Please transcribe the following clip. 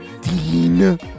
Dean